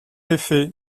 effet